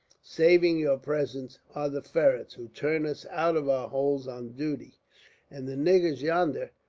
saving your presence, are the ferrits who turn us out of our holes on duty and the niggers yonder,